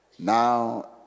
Now